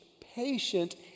patient